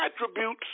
attributes